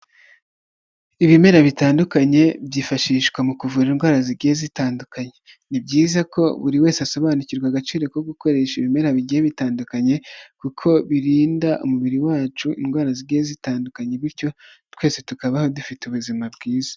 Ibimera bitandukanye byifashishwa mu kuvura indwara zigiye zitandukanye, ni byiza ko buri wese asobanukirwa agaciro ko gukoresha ibimera bigiye bitandukanye kuko birinda umubiri wacu indwara zigiye zitandukanye, bityo twese tukaba dufite ubuzima bwiza.